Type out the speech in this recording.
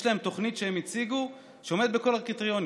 יש להם תוכנית שהם הציגו שעומדת בכל הקריטריונים.